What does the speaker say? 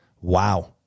wow